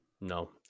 No